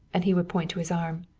and he would point to his arm.